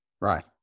right